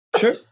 Sure